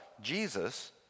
Jesus